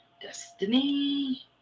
Destiny